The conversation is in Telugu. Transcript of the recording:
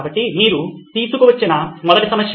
కాబట్టి మీరు తీసుకువచ్చిన మొదటి సమస్య